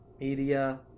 media